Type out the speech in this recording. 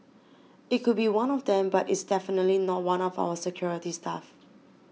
it could be one of them but it's definitely not one of our security staff